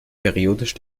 periodisch